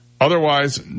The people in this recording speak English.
Otherwise